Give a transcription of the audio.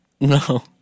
No